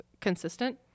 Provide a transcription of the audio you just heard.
consistent